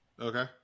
okay